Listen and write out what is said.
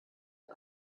ein